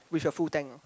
with your full tank ah